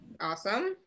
Awesome